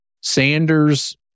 Sanders